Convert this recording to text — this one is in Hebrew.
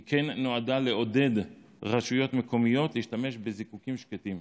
היא כן נועדה לעודד רשויות מקומיות להשתמש בזיקוקים שקטים.